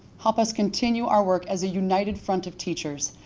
help us continue our work as a united front of teachers,